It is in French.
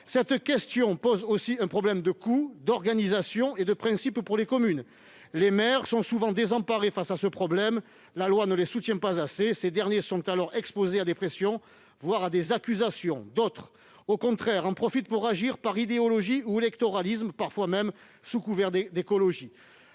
revendications posent aussi un problème de coût, d'organisation et de principe pour les communes. Les maires sont souvent désemparés face à ce problème : la loi ne les soutient pas assez. Ils sont alors exposés à des pressions, voire à des accusations. D'autres élus, au contraire, en profitent pour agir par idéologie ou électoralisme, parfois même sous couvert d'écologie.